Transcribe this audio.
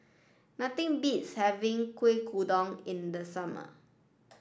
nothing beats having Kueh Kodok in the summer